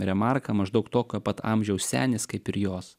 remarką maždaug tokio pat amžiaus senis kaip ir jos